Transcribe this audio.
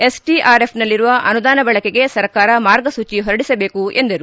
ಎಸ್ಡಿಆರ್ಎಫ್ನಲ್ಲಿರುವ ಅನುದಾನ ಬಳಕೆಗೆ ಸರ್ಕಾರ ಮಾರ್ಗಸೂಚಿ ಹೊರಡಿಸಬೇಕು ಎಂದರು